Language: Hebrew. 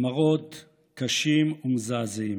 המראות קשים ומזעזעים.